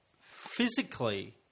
physically